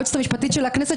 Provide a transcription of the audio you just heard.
היועצת המשפטית של הכנסת,